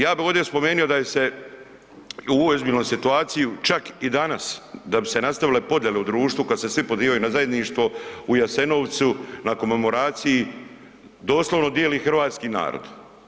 Ja bi ovdje spomenuo da je se i u ovoj ozbiljnoj situaciji čak i danas da bi se nastavile podjele u društvu kad se svi pozivaju na zajedništvo u Jasenovcu na komemoraciji doslovno dijeli hrvatski narod.